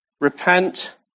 Repent